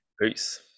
peace